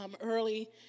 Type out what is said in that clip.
early